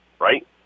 right